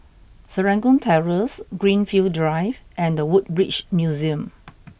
Serangoon Terrace Greenfield Drive and The Woodbridge Museum